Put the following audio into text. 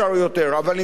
אבל עם כל הכבוד,